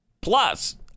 Plus